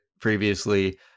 previously